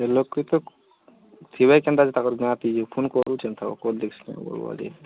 ଲୋକେ ତ ଥିବା କେନ୍ତା ତାଙ୍କର ଗାଁ କି ଫୋନ୍ କରୁଛେ କର୍ବାରି